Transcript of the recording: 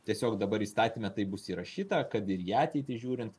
tiesiog dabar įstatyme taip bus įrašyta kad ir į ateitį žiūrint